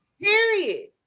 period